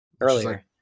earlier